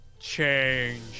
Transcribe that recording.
change